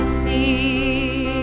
see